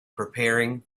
preparing